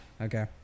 Okay